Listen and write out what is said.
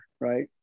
right